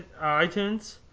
iTunes